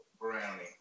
brownie